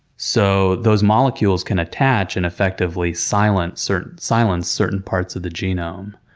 so, those molecules can attach and effectively silence certain silence certain parts of the genome.